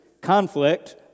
Conflict